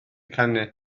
canu